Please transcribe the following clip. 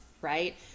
right